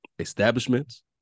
establishments